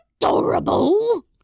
Adorable